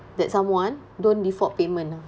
that someone don't default payment ah